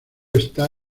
está